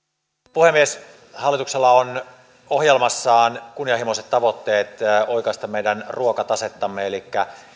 puhemies hallituksella on ohjelmassaan kunnianhimoiset tavoitteet oikaista meidän ruokatasettamme elikkä